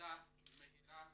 לקליטה מהירה